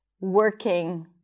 working